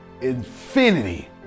infinity